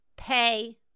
pay